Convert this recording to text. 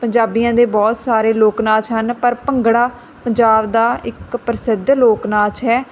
ਪੰਜਾਬੀਆਂ ਦੇ ਬਹੁਤ ਸਾਰੇ ਲੋਕ ਨਾਚ ਹਨ ਪਰ ਭੰਗੜਾ ਪੰਜਾਬ ਦਾ ਇੱਕ ਪ੍ਰਸਿੱਧ ਲੋਕ ਨਾਚ ਹੈ